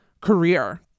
career